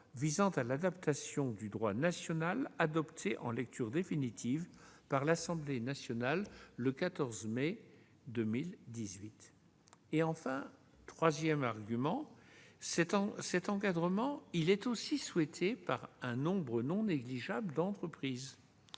visant à l'adaptation du droit national, adopté en lecture définitive par l'Assemblée nationale le 14 mai 2018. Troisièmement, cet encadrement est aussi souhaité par un nombre non négligeable d'entreprises,